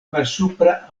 malsupra